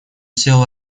сел